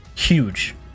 huge